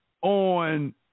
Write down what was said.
on